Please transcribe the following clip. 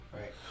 Right